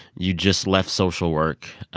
you just left social work